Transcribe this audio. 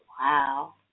wow